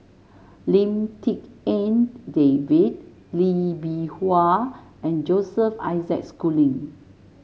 Lim Tik En David Lee Bee Wah and Joseph Isaac Schooling